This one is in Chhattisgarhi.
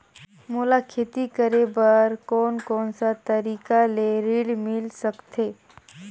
मोला खेती करे बर कोन कोन सा तरीका ले ऋण मिल सकथे?